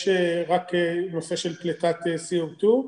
יש רק נושא של פליטת CO2,